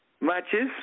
matches